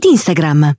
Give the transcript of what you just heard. Instagram